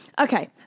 Okay